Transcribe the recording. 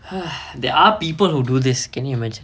there are people who do this can you imagine